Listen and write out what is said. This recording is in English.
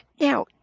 Now